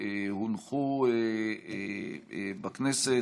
התקנות הונחו על שולחן הכנסת.